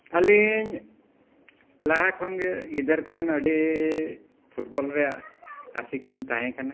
ᱟᱹᱞᱤᱧ ᱞᱟᱦᱟ ᱠᱷᱚᱱ ᱜᱮ ᱜᱤᱫᱟᱹᱨ ᱠᱷᱚᱱ ᱟᱹᱰᱤ ᱯᱷᱩᱴᱵᱚᱞ ᱨᱮᱱᱟᱜ ᱟᱥᱤᱠ ᱞᱤᱧ ᱛᱟᱦᱮᱸ ᱠᱟᱱᱟ